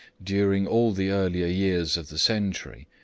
during all the earlier years of the century,